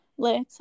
later